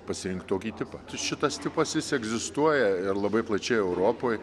pasirinkt tokį tipą tai šitas tipas jis egzistuoja ir labai plačiai europoj